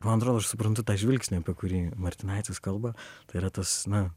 man atrodo aš suprantu tą žvilgsnį kurį martinaitis kalba tai yra tas na